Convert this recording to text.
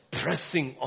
pressing